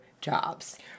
jobs